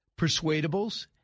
Persuadables